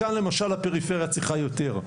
כאן למשל הפריפריה צריכה יותר,